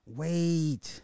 wait